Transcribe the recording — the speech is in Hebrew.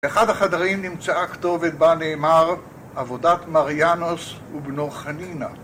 באחד החדרים נמצאה כתובת בה נאמר עבודת מריאנוס ובנו חנינה